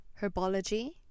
herbology